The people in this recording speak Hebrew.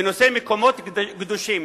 בנושא מקומות קדושים.